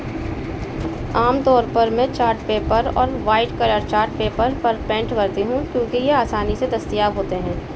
عام طور پر میں چارٹ پیپر اور وائٹ کلر چارٹ پیپر پر پینٹ کرتی ہوں کیونکہ یہ آسانی سے دستیاب ہوتے ہیں